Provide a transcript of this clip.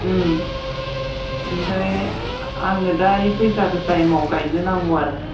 उम ओमफ्राय आंनो दाइयो बैसागो थाइमआव गायनो नांगौ आरो